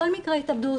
כל מקרה התאבדות,